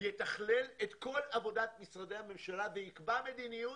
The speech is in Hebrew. ויתכלל את כול עבודת משרדי הממשלה ויקבע מדיניות